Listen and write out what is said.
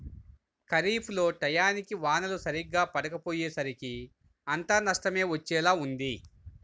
ఖరీఫ్ లో టైయ్యానికి వానలు సరిగ్గా పడకపొయ్యేసరికి అంతా నష్టమే వచ్చేలా ఉంది